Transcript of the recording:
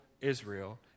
Israel